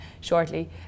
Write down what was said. shortly